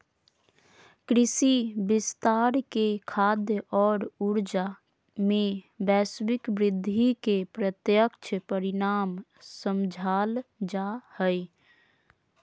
कृषि विस्तार के खाद्य और ऊर्जा, में वैश्विक वृद्धि के प्रत्यक्ष परिणाम समझाल जा हइ